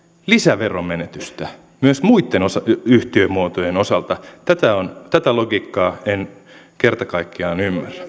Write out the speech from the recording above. lisäveronmenetystä myös muitten yhtiömuotojen osalta tätä logiikkaa en kerta kaikkiaan